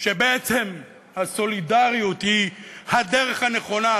שבעצם הסולידריות היא הדרך הנכונה,